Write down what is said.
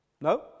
No